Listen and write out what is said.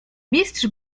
mistrz